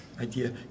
idea